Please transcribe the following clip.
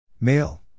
Male